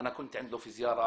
אין לו דירה.